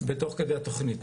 תוך כדי התוכנית.